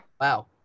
wow